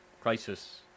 crisis